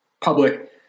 public